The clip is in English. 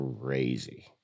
crazy